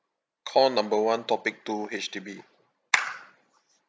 call number one topic two H_D_B